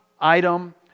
item